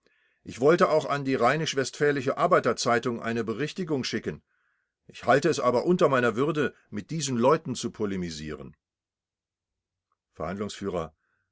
ich wollte auch an die rheinisch westfälische arbeiter zeitung eine berichtigung schicken ich halte es aber unter meiner würde mit diesen leuten zu polemisieren